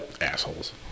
Assholes